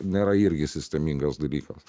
nėra irgi sistemingas dalykas